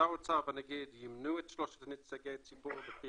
שר האוצר והנגיד ימנו את שלושת נציגי הציבור לפי